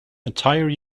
entire